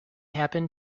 happen